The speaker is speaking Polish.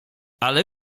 ale